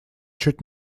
чуть